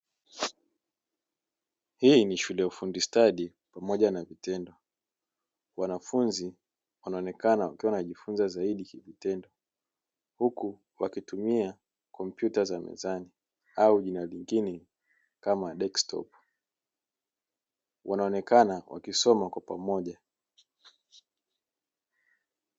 Hii ni shule ya ufundi stadi pamoja na vitendo, wanafunzi wanaonekana wakiwa wanajifunza zaidi kivitendo, huku wakitumia kompyuta za mezani au jina lingine kama "desktop" wanaonekana wakisoma kwa pamoja.